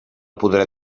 podrà